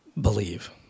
believe